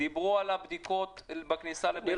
דיברו על הבדיקות בכניסה לבית המלון.